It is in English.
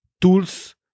tools